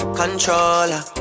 controller